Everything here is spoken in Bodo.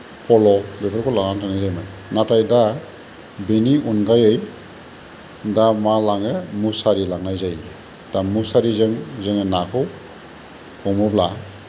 पल' बेफोरखौ लानानै थांनाय जायोमोन नाथाय दा बिनि अनगायै दा मा लाङो मुसारि लांनाय जायो दा मुसारिजों जोङो नाखौ हमोब्ला